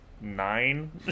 Nine